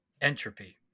entropy